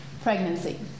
pregnancy